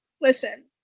Listen